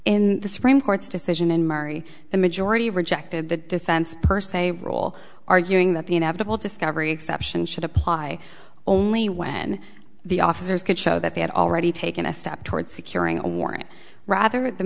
in the supreme court's decision in mari the majority rejected the dissents per se role arguing that the inevitable discovery exception should apply only when the officers could show that they had already taken a step toward securing a warrant rather